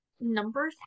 number